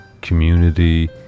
community